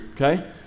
okay